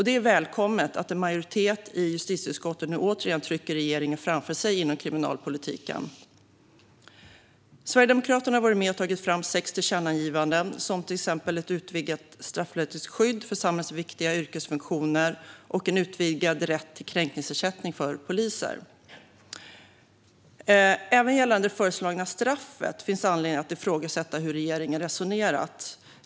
Det är välkommet att en majoritet i justitieutskottet nu återigen trycker regeringen framför sig inom kriminalpolitiken. Sverigedemokraterna har varit med och tagit fram sex tillkännagivanden. De gäller till exempel ett utvidgat straffrättsligt skydd för samhällsviktiga yrkesfunktioner och en utvidgad rätt till kränkningsersättning för poliser. Även gällande det föreslagna straffet finns anledning att ifrågasätta hur regeringen resonerat.